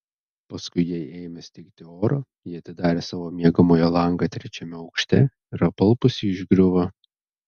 paskui jai ėmė stigti oro ji atidarė savo miegamojo langą trečiame aukšte ir apalpusi išgriuvo